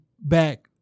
back